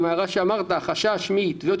לגבי ההערה שאמרת על החשש מתביעות